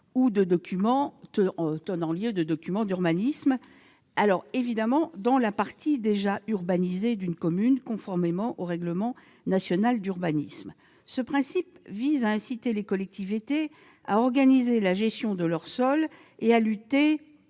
intercommunal (PLUI) ou de documents d'urbanisme, dans la partie déjà urbanisée d'une commune, conformément au règlement national d'urbanisme. Ce principe vise à inciter les collectivités à organiser la gestion de leur sol et à lutter